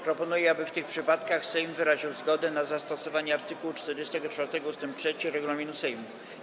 Proponuję, aby w tych przypadkach Sejm wyraził zgodę na zastosowanie art. 44 ust. 3 regulaminu Sejmu.